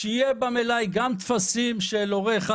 שיהיו במלאי גם טפסים של "הורה 1",